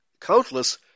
countless